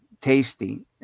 Tasty